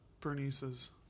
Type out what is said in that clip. Bernice's